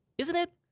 isn't it?